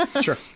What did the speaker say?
Sure